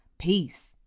Peace